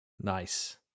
Nice